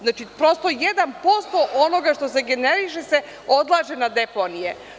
Znači, prosto 1% onoga što se generiše odlaže se na deponije.